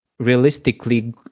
realistically